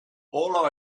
all